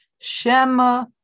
Shema